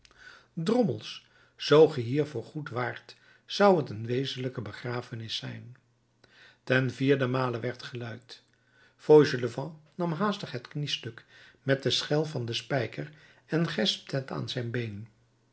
drommels zoo ge hier voor goed waart zou t een wezenlijke begrafenis zijn ten vierden male werd geluid fauchelevent nam haastig het kniestuk met de schel van den spijker en gespte het aan zijn been